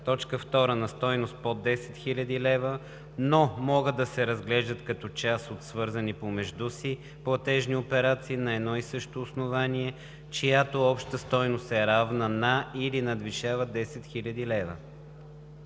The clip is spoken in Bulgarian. така: „2. на стойност под 10 000 лв., но могат да се разглеждат като част от свързани помежду си платежни операции на едно и също основание, чиято обща стойност е равна на или надвишава 10 000 лв.“